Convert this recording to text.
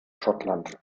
schottland